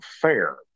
fair